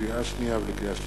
לקריאה שנייה וקריאה שלישית: